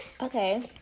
Okay